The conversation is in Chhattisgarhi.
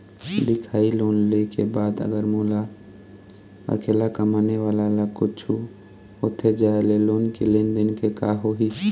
दिखाही लोन ले के बाद अगर मोला अकेला कमाने वाला ला कुछू होथे जाय ले लोन के लेनदेन के का होही?